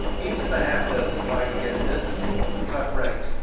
each of the half dozen trying to get business would cut rates,